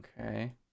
Okay